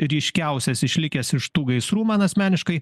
ryškiausias išlikęs iš tų gaisrų man asmeniškai